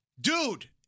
dude